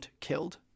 killed